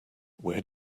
where